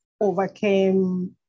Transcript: overcame